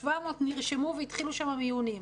והתחילו שם מיונים.